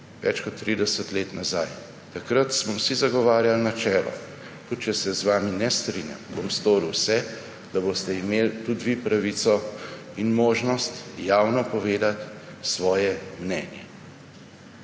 več kot 30 let nazaj. Takrat smo vsi zagovarjali načelo: »Tudi če se z vami ne strinjam, bom storil vse, da boste imeli tudi vi pravico in možnost javno povedati svoje mnenje.«